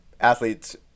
athletes